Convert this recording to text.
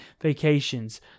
vacations